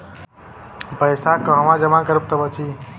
पैसा कहवा जमा करब त बची?